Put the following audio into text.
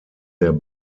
der